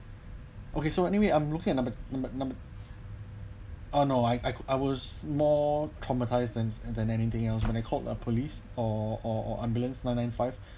okay so anyway I'm looking at number number ah no I I I was more traumatise then and than anything else when it called a police or or ambulance nine nine five